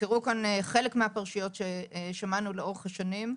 הוזכרו כאן חלק מהפרשיות ששמענו לאורך השנים.